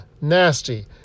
nasty